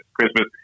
Christmas